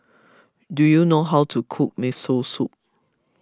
do you know how to cook Miso Soup